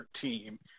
team